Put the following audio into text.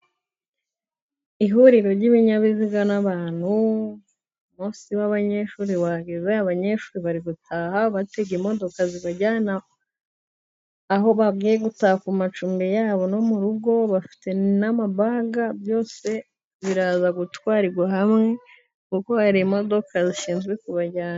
Ihuriro ry'ibinyabiziga n'abantu umunsi w'abanyeshuri wageze, abanyeshuri bari gutaha batega imodoka zibajyana aho bagiye gutaha ku macumbi yabo no mu rugo bafite n'amabaga byose biraza gutwarwa hamwe kuko hari modoka zishinzwe kubajyana.